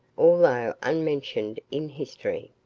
although unmentioned in history.